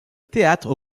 théâtre